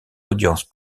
audience